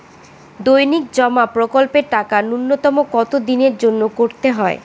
দৈনিক জমা প্রকল্পের টাকা নূন্যতম কত দিনের জন্য করতে হয়?